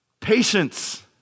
Patience